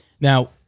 Now